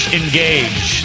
engage